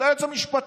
אתה היועץ המשפטי,